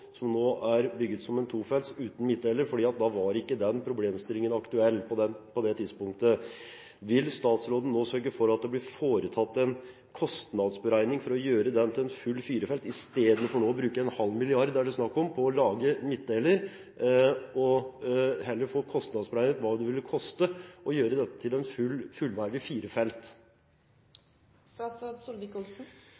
som nå er bygd som en tofelts uten midtdeler, fordi den problemstillingen ikke var aktuell på det tidspunktet – blir foretatt en kostnadsberegning for å gjøre veien til en full firefelts vei, istedenfor nå å bruke en halv milliard, er det snakk om, på å lage midtdeler? Da skal jeg gjenta det jeg sa, kanskje jeg ikke sa det tydelig nok. Ja, Vegvesenet har begynt å regne på hva det vil koste å bygge dette som en